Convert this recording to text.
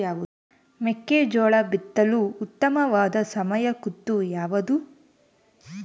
ಮೆಕ್ಕೆಜೋಳ ಬಿತ್ತಲು ಉತ್ತಮವಾದ ಸಮಯ ಋತು ಯಾವುದು?